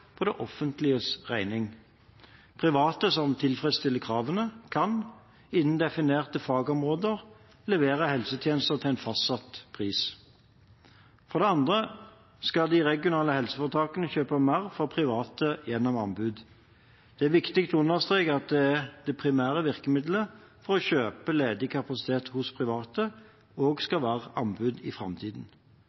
på det offentliges regning. Private som tilfredsstiller kravene, kan – innen definerte fagområder – levere helsetjenester til en fastsatt pris. For det andre skal de regionale helseforetakene kjøpe mer fra private gjennom anbud. Det er viktig å understreke at det primære virkemidlet for å kjøpe ledig kapasitet hos private, også skal være anbud i framtiden.